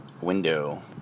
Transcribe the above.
window